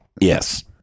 Yes